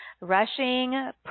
rushing